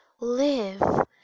live